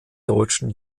deutschen